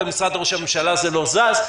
ובמשרד ראש הממשלה זה לא זז.